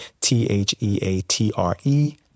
T-H-E-A-T-R-E